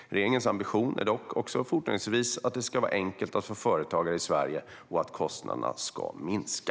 Regeringens ambition är dock också fortsättningsvis att det ska vara enkelt att vara företagare i Sverige och att kostnaderna ska minska.